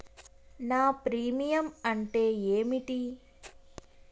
నా ప్రీమియం అంటే ఏమిటి?